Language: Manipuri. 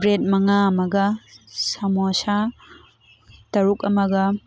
ꯕ꯭ꯔꯦꯠ ꯃꯉꯥ ꯑꯃꯒ ꯁꯥꯃꯣꯁꯥ ꯇꯔꯨꯛ ꯑꯃꯒ